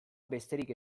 besterik